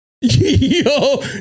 Yo